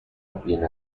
viene